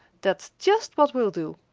that's just what we'll do,